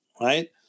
right